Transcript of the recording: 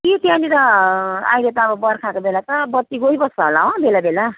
कि त्यहाँनिर अहिले त अब बर्खाको बेला छ बत्ती गइबस्छ होला अँ बेला बेला